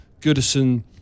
goodison